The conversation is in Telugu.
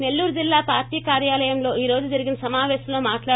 నెల్లూరు జిల్లా పార్టీ కార్యాలయంలో ఈరోజు జరిగిన సమావేశంలో మాట్లా